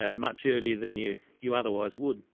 ah much earlier than you you otherwise would.